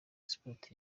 sports